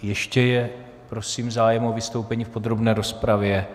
Ještě je prosím zájem o vystoupení v podrobné rozpravě?